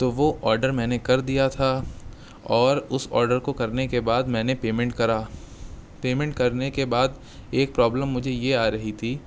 تو وہ آڈر میں نے کر دیا تھا اور اس آڈر کو کرنے کے بعد میں نے پیمنٹ کرا پیمنٹ کرنے کے بعد ایک پرابلم مجھے یہ آ رہی تھی